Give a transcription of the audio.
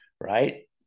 Right